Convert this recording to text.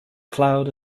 cloud